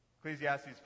Ecclesiastes